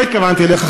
לא התכוונתי אליך,